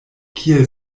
kiel